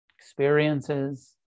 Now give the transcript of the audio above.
experiences